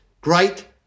great